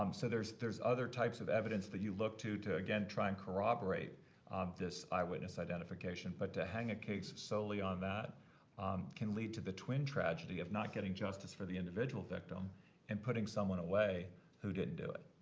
um so there's there's other types of evidence that you look to to, again, try and corroborate this eyewitness identification. but to hang a case solely on that can lead to the twin tragedy of not getting justice for the individual victim and putting someone away who didn't do it.